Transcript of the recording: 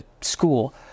school